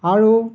আৰু